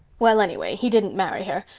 well, anyway, he didn't marry her,